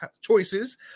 choices